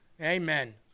Amen